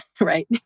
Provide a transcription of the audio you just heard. Right